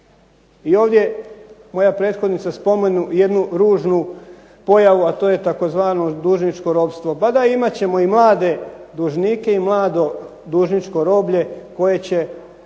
I ovdje moja prethodnica spomenu jednu ružnu pojavu, a to je tzv. dužničko ropstvo. Pa da imat ćemo i mlade dužnike i mlado dužničko roblje koje će